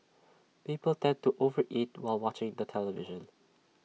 people tend to over eat while watching the television